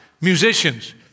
musicians